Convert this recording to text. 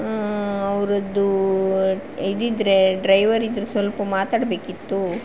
ಅವರದ್ದು ಇದಿದ್ರೆ ಡ್ರೈವರ್ ಇದ್ರೆ ಸ್ವಲ್ಪ ಮಾತಾಡಬೇಕಿತ್ತು